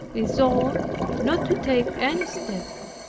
resolved not to take any step,